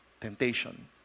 temptation